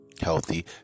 healthy